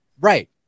Right